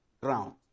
ground